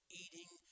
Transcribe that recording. eating